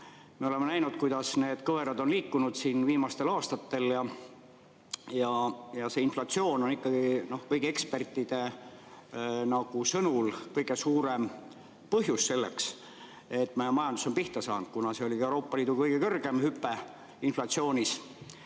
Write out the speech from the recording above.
Me oleme näinud, kuidas need kõverad on liikunud viimastel aastatel. Ja see inflatsioon on ikkagi kõigi ekspertide sõnul kõige suurem põhjus, et meie majandus on pihta saanud. Kuna see oli Euroopa Liidu kõige kõrgem hüpe inflatsioonis,